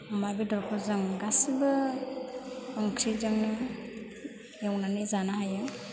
अमा बेदरखौ जों गासैबो ओंख्रिजोंनो एवनानै जानो हायो